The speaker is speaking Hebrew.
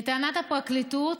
לטענת הפרקליטות,